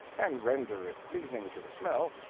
and render it pleasing to the smell,